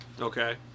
Okay